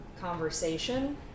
conversation